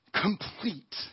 complete